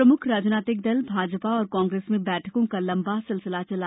प्रमुख राजनीतिक दल भाजपा और कांग्रेस में बैठकों का लंबा सिलसिला चला